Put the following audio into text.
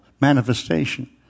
manifestation